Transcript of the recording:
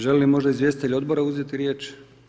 Žele li možda izvjestitelji odbora uzeti riječ?